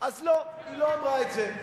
שמה שאתה חושב, זה לא, אז לא, היא לא אמרה את זה.